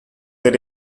did